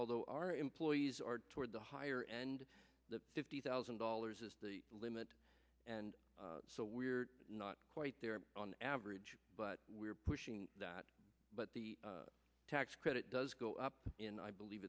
although our employees are toward the higher end the fifty thousand dollars is the limit and so we're not quite there on average but we're pushing that but the tax credit does go up in i believe